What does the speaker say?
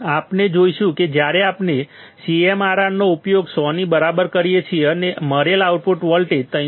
આપણે જોઈશું કે જ્યારે આપણે CMRR નો ઉપયોગ 100 ની બરાબર કરીએ છીએ અમને મળેલ આઉટપુટ વોલ્ટેજ 313